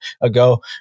ago